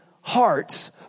hearts